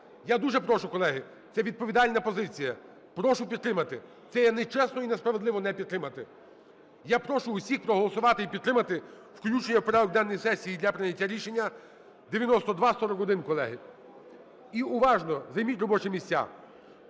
Я дуже прошу, колеги, це відповідальна позиція, прошу підтримати. Це є нечесно і несправедливо не підтримати. Я прошу усіх проголосувати і підтримати включення в порядок денний сесії і для прийняття рішення 9241, колеги. І уважно, займіть робочі місця.